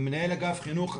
כמנהל אגף חינוך,